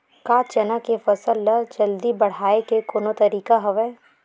का चना के फसल ल जल्दी बढ़ाये के कोनो तरीका हवय?